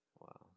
Wow